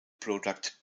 product